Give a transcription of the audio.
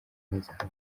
hazaza